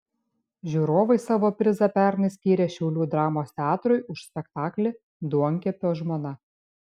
žiūrovai savo prizą pernai skyrė šiaulių dramos teatrui už spektaklį duonkepio žmona